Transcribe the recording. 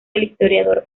historiador